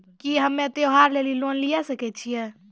की हम्मय त्योहार लेली लोन लिये सकय छियै?